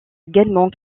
également